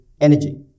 energy